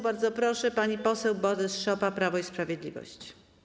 Bardzo proszę, pani poseł Borys-Szopa, Prawo i Sprawiedliwość.